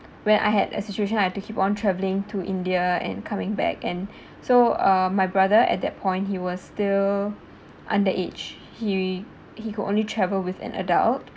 when I had a situation I have to keep on travelling to india and coming back and so uh my brother at that point he was still underage he he could only travel with an adult